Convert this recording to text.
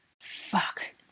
Fuck